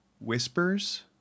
whispers